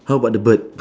how about the bird